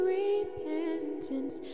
repentance